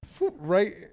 right